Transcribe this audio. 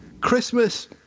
Christmas